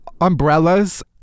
Umbrellas